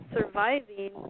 surviving